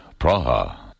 Praha